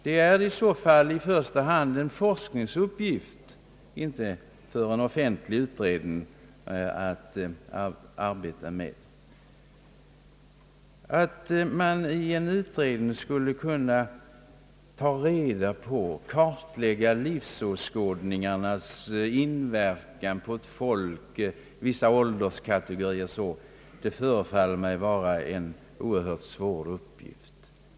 Det är i första hand en forskningsuppgift och inte en uppgift för en offentlig utredning att arbeta med sådant. Att i en utredning kartlägga livsåskådningarnas inverkan på ett folk eller på vissa ålderskategorier, förefaller mig vara en oerhört svår uppgift.